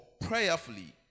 prayerfully